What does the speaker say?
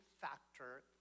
factor